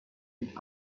mit